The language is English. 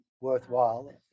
worthwhile